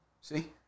See